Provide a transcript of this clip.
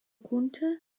konnte